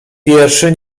wierszy